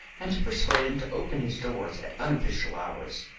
and to persuade him to open his doors at unofficial hours.